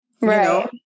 right